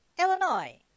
illinois